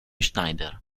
schneider